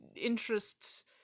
interests